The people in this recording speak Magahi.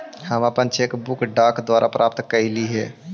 हम अपन चेक बुक डाक द्वारा प्राप्त कईली हे